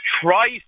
try